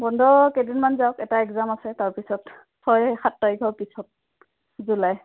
বন্ধ কেইদিনমান যাওক এটা এক্জাম আছে তাৰপিছত ছয় সাত তাৰিখৰ পিছত জুলাই